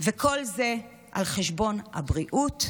וכל זה על חשבון הבריאות,